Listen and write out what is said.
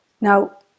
Now